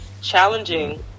challenging